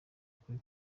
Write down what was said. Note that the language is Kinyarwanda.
kuri